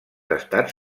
estats